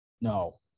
No